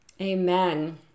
Amen